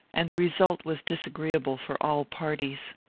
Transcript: and the result was disagreeable for all parties.